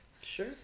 Sure